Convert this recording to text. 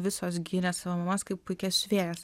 visos gyrė savo mamas kaip puikias siuvėjas